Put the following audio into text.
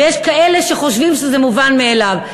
ויש כאלה שחושבים שזה מובן מאליו,